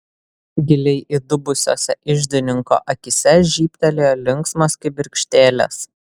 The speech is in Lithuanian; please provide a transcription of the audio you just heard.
giliai įdubusiose iždininko akyse žybtelėjo linksmos kibirkštėlės